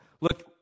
look